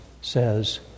says